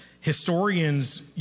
historians